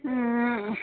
ಆಂ